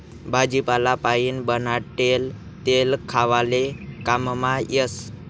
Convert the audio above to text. भाजीपाला पाइन बनाडेल तेल खावाले काममा येस